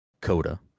Coda